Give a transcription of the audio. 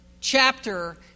chapter